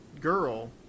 girl